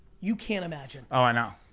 you can't imagine. oh, i know.